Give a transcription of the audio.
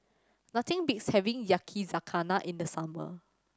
nothing beats having Yakizakana in the summer